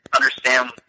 understand